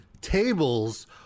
tables